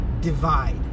divide